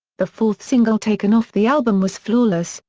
the fourth single taken off the album was flawless,